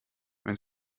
wenn